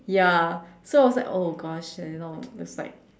ya so I was like oh gosh you know it's like